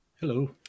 Hello